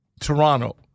Toronto